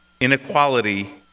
inequality